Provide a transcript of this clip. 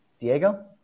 Diego